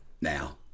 now